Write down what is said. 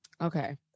Okay